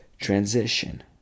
transition